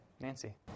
Nancy